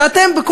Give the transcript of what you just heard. שאתם,